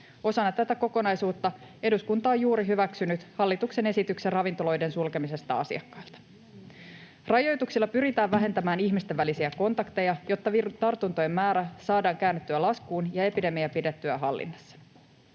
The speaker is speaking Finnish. Osana tätä kokonaisuutta eduskunta on juuri hyväksynyt hallituksen esityksen ravintoloiden sulkemisesta asiakkailta. Rajoituksilla pyritään vähentämään ihmisten välisiä kontakteja, jotta tartuntojen määrä saadaan käännettyä laskuun ja epidemia pidettyä hallinnassa.